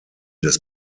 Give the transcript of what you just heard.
des